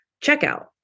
Checkout